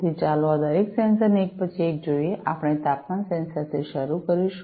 તેથી ચાલો આ દરેક સેન્સરને એક પછી એક જોઈએ આપણે તાપમાન સેન્સરથી શરુ કરીશું